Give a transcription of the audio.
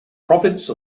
province